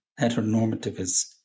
heteronormativist